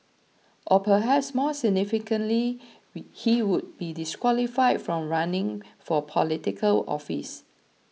or perhaps more significantly he would be disqualified from running for Political Office